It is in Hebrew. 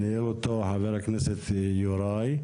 ניהל אותו חבר הכנסת יוראי.